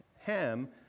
Ham